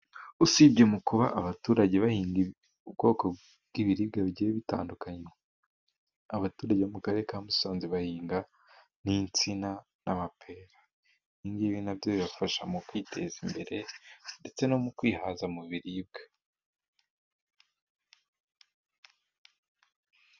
Usibye mu kuba abaturage bahinga ubwoko bw'ibiribwa bigiye bitandukanye, abaturage mu karere ka musanze bahinga n'insina n'amapera ibingibi nabyo bibafasha mu kwiteza imbere ndetse no mu kwihaza mu biribwa.